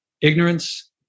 ignorance